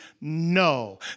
no